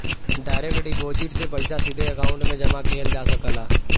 direct deposit से पइसा सीधे अकांउट में जमा किहल जा सकला